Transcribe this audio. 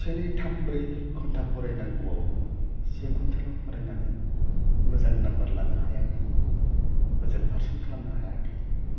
से नै थाम ब्रै घण्टा फरायनांगौवाव से घण्टा ल' फरायनानै मोजां नाम्बार लानो हायाखै मोजां पारसेन्ट खालामनो हायाखै